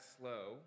slow